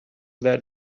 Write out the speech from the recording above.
that